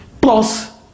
plus